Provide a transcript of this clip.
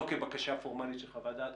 לא כבקשה פורמלית של חוות דעת,